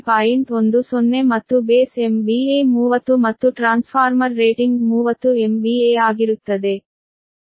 10 ಮತ್ತು base MVA 30 ಮತ್ತು transformer rating 30 MVA ಆಗಿರುತ್ತದೆ